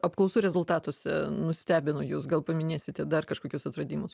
apklausų rezultatuose nustebino jus gal paminėsite dar kažkokius atradimus